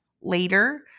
later